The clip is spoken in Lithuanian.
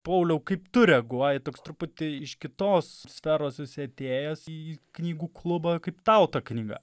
pauliau kaip tu reaguoji toks truputį iš kitos sferos esi atėjęs į knygų klubą kaip tau ta knyga